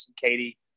Katie